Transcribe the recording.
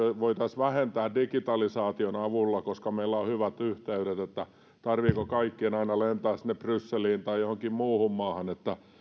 voitaisiin vähentää digitalisaation avulla koska meillä on hyvät yhteydet että tarvitseeko kaikkien aina lentää sinne brysseliin tai johonkin muuhun maahan